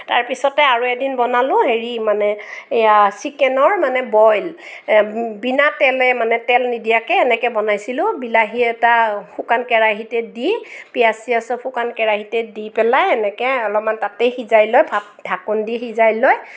তাৰপিছতে আৰু এদিন বনালোঁ হেৰি মানে এয়া চিকেনৰ মানে বইল বিনা তেলে মানে তেল নিদিয়াকৈ সেনেকৈ বনাইছিলোঁ বিলাহী এটা শুকান কেৰাহীতে দি পিঁয়াজ চিয়াজ চব শুকান কেৰাহীতে দি পেলাই এনেকৈ অলপমান তাতে সিজাই লৈ ভাপ ঢাকোন দি সিজাই লৈ